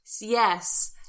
Yes